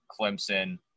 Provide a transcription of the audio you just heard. Clemson